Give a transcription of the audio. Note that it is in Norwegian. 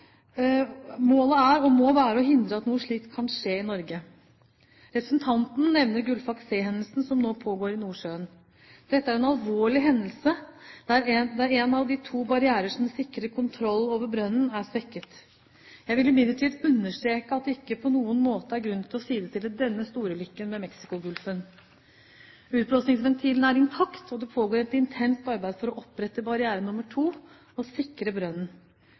Målet er og må være å hindre at noe slikt kan skje i Norge. Representanten nevner Gullfaks C-hendelsen som nå pågår i Nordsjøen. Dette er en alvorlig hendelse der en av de to barrierer som sikrer kontroll over brønnen, er svekket. Jeg vil imidlertid understreke at det ikke på noen måte er grunn til å sidestille denne storulykken med den i Mexicogolfen. Utblåsningsventilen er intakt, og det pågår et intenst arbeid for å opprette barriere nr. 2 og sikre brønnen.